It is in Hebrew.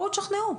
בואו תשכנעו אותנו,